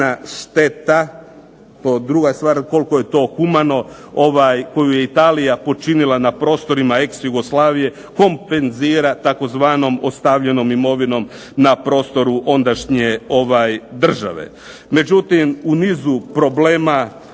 to je druga stvar koliko je to humano koju je Italija počinila na prostorima ex Jugoslavije kompenzira tzv. ostavljenom imovinom na prostoru ondašnje države. Međutim, u nizu problema